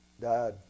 died